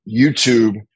YouTube